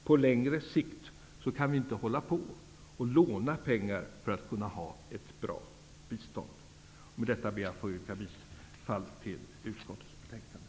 På längre sikt kan vi inte hålla på att låna pengar för att kunna ha ett bra bistånd. Med detta ber jag att få yrka bifall till hemställan i utskottets betänkande.